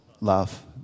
love